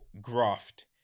graft